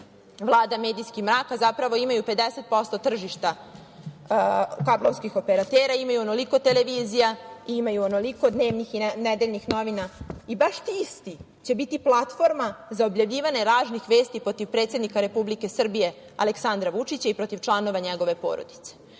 vlada medijski mrak, a zapravo imaju 50% tržišta kablovskih operatera, imaju onoliko televizija, imaju onoliko dnevnih i nedeljnih novina. I baš ti isti će biti platforma za objavljivanje lažnih vesti proti predsednika Republike Srbije Aleksandra Vučića i protiv članova njegove porodice.